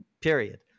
period